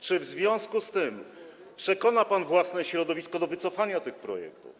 Czy w związku z tym przekona pan własne środowisko do wycofania tych projektów?